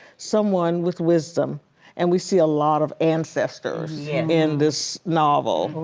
someone with wisdom and we see a lot of ancestors in this novel. oh